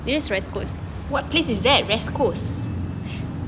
what place is that west coast